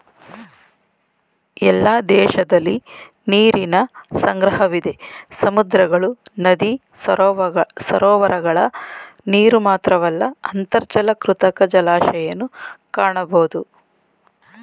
ಎಲ್ಲ ದೇಶದಲಿ ನೀರಿನ ಸಂಗ್ರಹವಿದೆ ಸಮುದ್ರಗಳು ನದಿ ಸರೋವರಗಳ ನೀರುಮಾತ್ರವಲ್ಲ ಅಂತರ್ಜಲ ಕೃತಕ ಜಲಾಶಯನೂ ಕಾಣಬೋದು